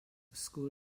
school